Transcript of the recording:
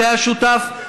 שהיה שותף,